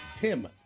Tim